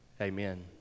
Amen